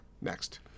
Next